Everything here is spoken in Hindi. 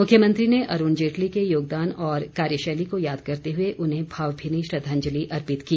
मुख्यमंत्री ने अरूण जेटली के योगदान और कार्यशैली को याद करते हुए उन्हें भावभीनी श्रद्वांजलि अर्पित की